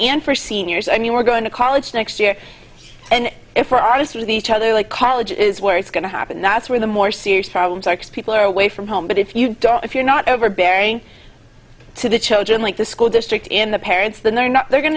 and for seniors i mean we're going to college next year and if we're honest with each other like college is where it's going to happen that's where the more serious problems are people are away from home but if you don't if you're not overbearing to the children like the school district in the parents then they're not they're going